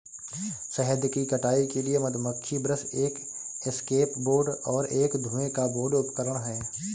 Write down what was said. शहद की कटाई के लिए मधुमक्खी ब्रश एक एस्केप बोर्ड और एक धुएं का बोर्ड उपकरण हैं